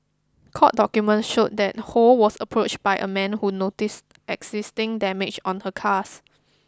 court document showed that Ho was approached by a man who noticed existing damages on her cars